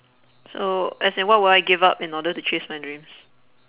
so as in what would I give up in order to chase my dreams